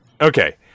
Okay